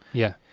yeah.